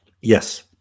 Yes